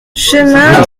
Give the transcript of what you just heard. chemin